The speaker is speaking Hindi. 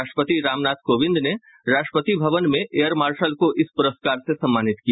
राष्ट्रपति रामनाथ कोविंद ने राष्ट्रपति भवन में एयर मार्शल को इस पुरस्कार से सम्मानित किया